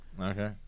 Okay